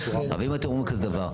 אם אתם אומרים כזה דבר,